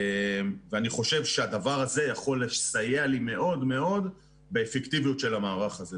ואני חושב שהדבר הזה יכול לסייע לי מאוד מאוד באפקטיביות של המערך הזה,